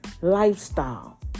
lifestyle